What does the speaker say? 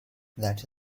that